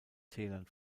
tälern